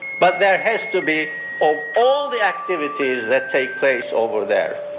but there has to be of all the activities that take place over there,